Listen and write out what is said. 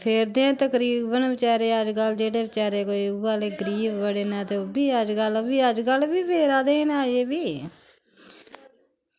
फेरदे ऐं तकरीबन बचैरे अजकल्ल जेह्ड़े बचैरे कोई उ'ऐ लै गरीब बड़े न ते ओह् बी अजकल्ल ओह् बी अजकल्ल बी फेरा दे गै न अजें बी